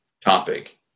topic